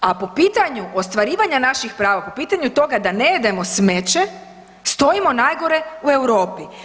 A po pitanju ostvarivanja naših prava, po pitanju toga da ne jedemo smeće stojimo najgore u Europi.